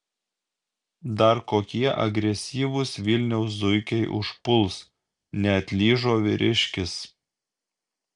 dar kokie agresyvūs vilniaus zuikiai užpuls neatlyžo vyriškis